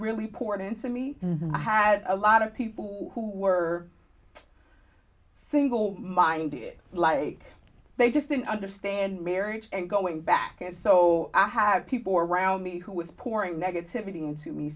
really poured into me i had a lot of people who were single minded like they just didn't understand marriage and going back and so i have people around me who was pouring negativity into me